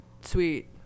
sweet